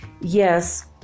yes